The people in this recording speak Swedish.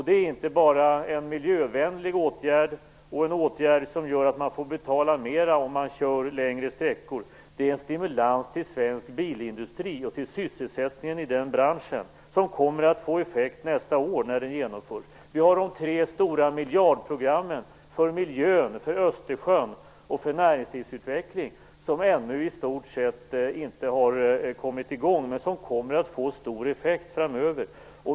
Det är inte bara en miljövänlig åtgärd och en åtgärd som gör att man får betala mera om man kör längre sträckor. Det är en stimulans till svensk bilindustri och till sysselsättningen i den branschen. Den kommer att få effekt nästa år när den genomförs. Vi har de tre stora miljardprogrammen för miljön, för Östersjön och för näringslivsutvecklingen. De har inte kommit i gång riktigt ännu, men de kommer att få stor effekt framöver.